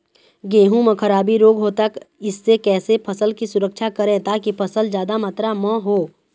गेहूं म खराबी रोग होता इससे कैसे फसल की सुरक्षा करें ताकि फसल जादा मात्रा म हो?